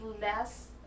less